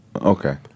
Okay